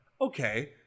okay